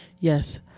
Yes